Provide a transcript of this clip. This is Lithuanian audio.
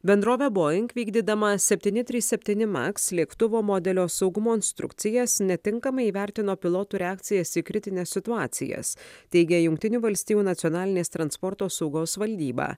bendrovė boeing vykdydama septyni trys septyni maks lėktuvo modelio saugumo instrukcijas netinkamai įvertino pilotų reakcijas į kritines situacijas teigia jungtinių valstijų nacionalinės transporto saugos valdyba